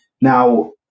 now